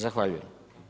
Zahvaljujem.